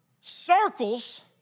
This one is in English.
Circles